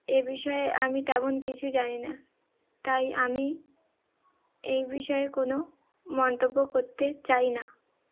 এ বিষয়ে আমি তেমন কিছু জানি না তাই আমি এই বিষয়ে কোনো মন্তব্য করতে চাই না